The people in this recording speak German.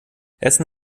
essen